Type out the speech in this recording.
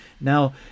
Now